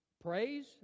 Praise